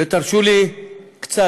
ותרשו לי לסיים,